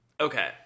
okay